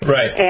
Right